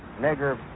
nigger